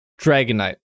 Dragonite